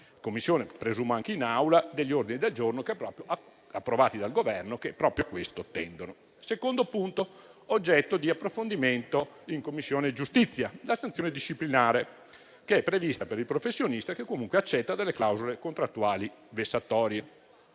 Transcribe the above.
Commissione, ma presumo anche in Aula, alcuni ordini del giorno, accolti dal Governo, che proprio a questo tendono. Il secondo punto oggetto di approfondimento in Commissione giustizia è la sanzione disciplinare, prevista per il professionista che comunque accetta clausole contrattuali vessatorie.